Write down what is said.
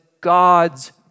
God's